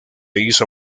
hizo